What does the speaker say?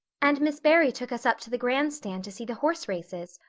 and miss barry took us up to the grandstand to see the horse races.